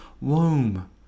womb